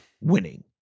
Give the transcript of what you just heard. winning